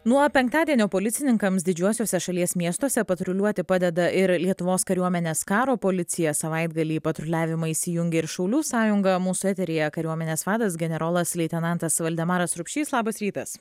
nuo penktadienio policininkams didžiuosiuose šalies miestuose patruliuoti padeda ir lietuvos kariuomenės karo policija savaitgalį į patruliavimą įsijungė ir šaulių sąjunga mūsų eteryje kariuomenės vadas generolas leitenantas valdemaras rupšys labas rytas